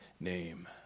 name